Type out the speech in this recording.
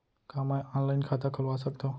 का मैं ऑनलाइन खाता खोलवा सकथव?